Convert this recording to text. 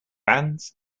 bands